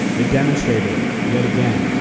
it demonstrated, yet again,